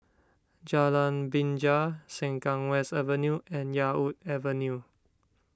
Jalan Binjai Sengkang West Avenue and Yarwood Avenue